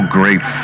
great